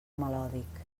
melòdic